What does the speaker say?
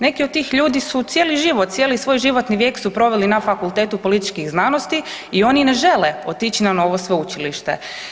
Neki od tih ljudi su cijeli život, cijelo svoj životni vijek su proveli na Fakultetu političkih znanosti i oni ne žele otić na novo sveučilište.